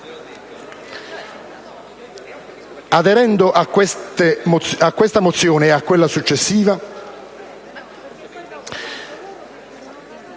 Aderendo a questa mozione e a quella successiva